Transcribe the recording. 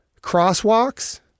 crosswalks